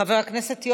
חבר הכנסת אלכס קושניר,